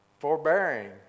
forbearing